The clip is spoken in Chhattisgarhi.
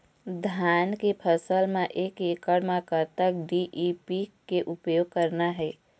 धान के फसल म एक एकड़ म कतक डी.ए.पी के उपयोग करना हे?